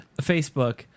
Facebook